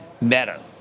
meta